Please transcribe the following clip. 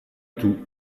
tout